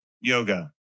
Yoga